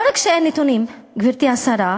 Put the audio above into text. לא רק שאין נתונים, גברתי השרה,